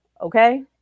Okay